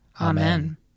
Amen